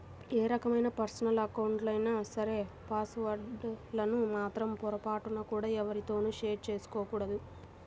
ఏ రకమైన పర్సనల్ అకౌంట్లైనా సరే పాస్ వర్డ్ లను మాత్రం పొరపాటున కూడా ఎవ్వరితోనూ షేర్ చేసుకోకూడదు